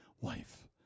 wife